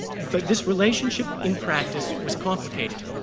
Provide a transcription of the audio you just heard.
but this relationship in practice was complicated.